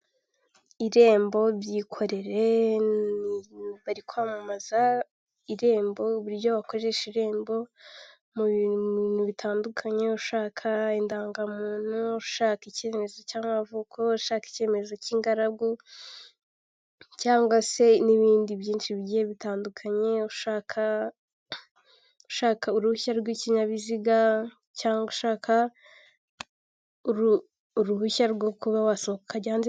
Irembo byikorere ni bari kwamamaza irembo uburyo wakoresha irembo mu bintu bitandukanye ushaka indangamuntu, ushaka icyemezo cy'amavuko, ushaka icyemezo cy'ingaragu cyangwa se n'ibindi byinshi bigiye bitandukanye. ushaka, ushaka uruhushya rw'ikinyabiziga cyangwa ushaka uruhushya rwo kuba wasohoka.